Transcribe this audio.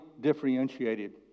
differentiated